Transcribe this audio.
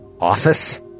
office